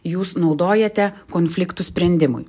jūs naudojate konfliktų sprendimui